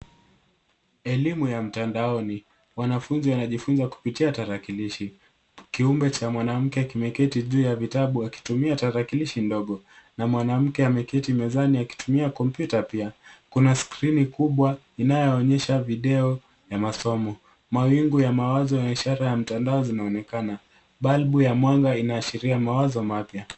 Elimu ya mtandaoni wanafunzi wanajifunza kupitia tarakilishi. Kiumbe cha mwanamke kimeketi juu ya vitabu akitumia tarakilishi ndogo na mwanamke ameketi mezani akitumia kompyuta pia. Kuna skrini kubwa inayoonyesha video ya masomo. Mawingu ya mawazo ya ishara ya mtandao zinaonekana. Balbu ya mwanga ina ashiria mawazo mapya.